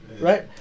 right